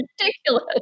ridiculous